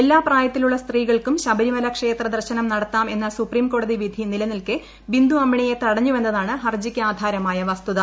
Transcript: എല്ലാ പ്രായത്തിലുള്ള സ്ത്രീകൾക്കും ശബരിമല ക്ഷേത്ര ദർശനം നടത്താം എന്ന സുപ്രീംകോടതി വിധി നിലനിൽക്കെ ബിന്ദു അമ്മിണിയെ തടഞ്ഞുവെന്നതാണ് ഹർജിക്ക് ആധാരമായ വസ്തുത